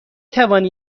توانی